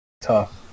tough